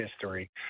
history